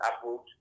approved